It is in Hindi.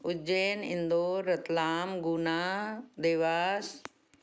उज्जैन इंदौर रतलाम गुना देवास